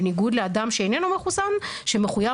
בניגוד לבן אדם שאיננו מחוסן שמחויב